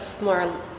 more